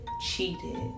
cheated